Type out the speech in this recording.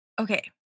Okay